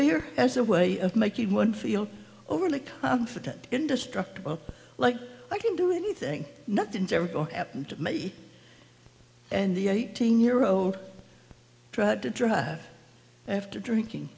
beer as a way of making one feel overly confident indestructible like i can do anything not degenerate or happened to me and the eighteen year old tried to drive after drinking